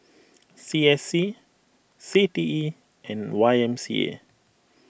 C S C C T E and Y M C A